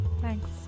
Thanks